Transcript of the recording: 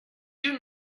you